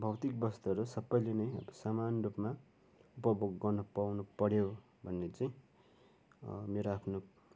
भौतिक वस्तुहरू सबैले नै अब समान रूपमा उपभोग गर्न पाउनुपऱ्यो भन्ने चाहिँ मेरो आफ्नो